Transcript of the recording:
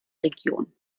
region